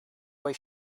way